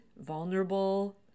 Vulnerable